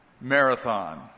marathon